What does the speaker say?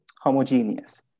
homogeneous